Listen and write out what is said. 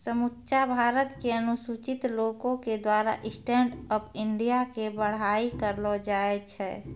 समुच्चा भारत के अनुसूचित लोको के द्वारा स्टैंड अप इंडिया के बड़ाई करलो जाय छै